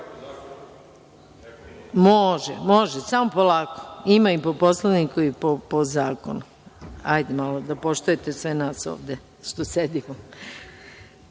Samo polako. Ima i po Poslovniku i po zakonu. Hajde malo da poštujete sve nas ovde što sedimo. Znači,